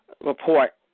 report